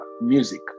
music